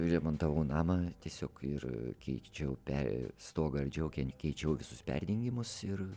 remontavau namą tiesiog ir keičiau per stogą ardžiau keičiau visus perdengimus ir